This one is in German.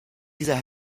dieser